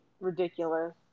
ridiculous